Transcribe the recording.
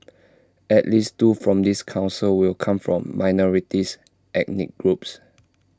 at least two from this Council will come from minority ethnic groups